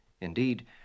Indeed